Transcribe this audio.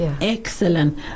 Excellent